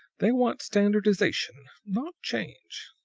they want standardization, not change.